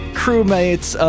crewmates